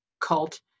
cult